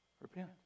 Repent